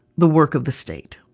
the work of the state